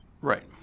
Right